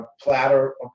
platter